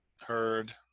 heard